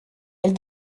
elle